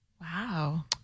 Wow